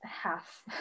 half